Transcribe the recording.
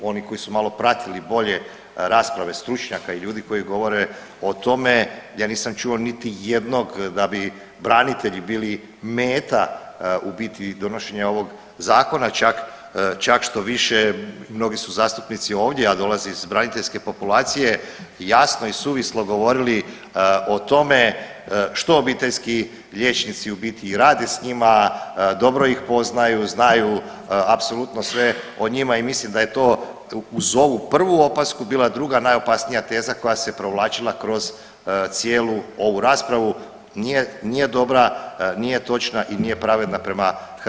Oni koji su pratili malo bolje rasprave stručnjaka i ljudi koji govore o tome ja nisam čuo niti jednog da bi branitelji bili meta u biti donošenja ovog zakona, čak štoviše mnogi su zastupnici ovdje, a dolaze iz braniteljske populacije i jasno i suvislo govorili o tome što obiteljski liječnici u biti rade s njima, dobro ih poznaju, znaju apsolutno sve o njima i mislim da je to uz ovu prvu opasku bila druga najopasnija teza koja se provlačila kroz cijelu ovu raspravu nije dobra, nije točna i nije pravedna prema hrvatskim braniteljima.